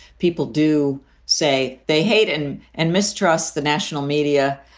people do say they hate and and mistrust the national media,